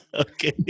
Okay